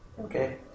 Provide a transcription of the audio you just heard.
Okay